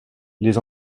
les